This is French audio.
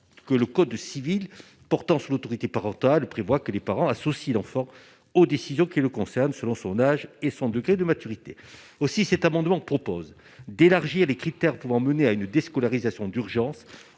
que le code civil portant sur l'autorité parentale, prévoit que les parents à souci d'enfants aux décisions qui le concernent, selon son âge et son degré de maturité aussi cet amendement propose d'élargir les critères pouvant mener à une déscolarisation d'urgence